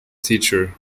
teacher